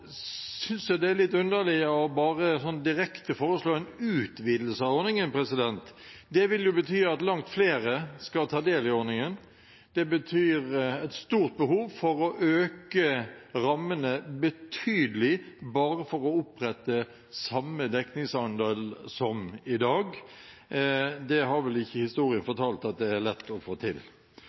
synes jeg det er litt underlig bare direkte å foreslå en utvidelse av ordningen. Det vil jo bety at langt flere skal ta del i ordningen. Det innebærer et stort behov for å øke rammene betydelig bare for å opprettholde samme dekningsandel som i dag. Det har vel ikke historien fortalt er lett å få til.